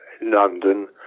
London